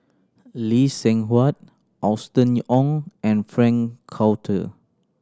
Lee Seng Huat Austen Ong and Frank Cloutier